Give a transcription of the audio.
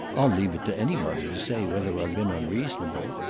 i'll leave it to anybody to say whether i've been unreasonable.